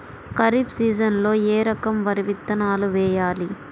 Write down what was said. ఖరీఫ్ సీజన్లో ఏ రకం వరి విత్తనాలు వేయాలి?